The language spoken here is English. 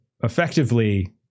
effectively